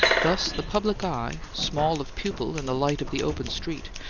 thus the public eye, small of pupil in the light of the open street,